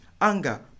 anger